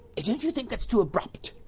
don't you think that's too abru